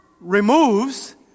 removes